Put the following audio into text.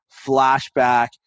flashback